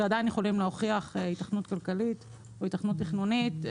ועדיין יכולים להוכיח היתכנות כלכלית או היתכנות תכנונית.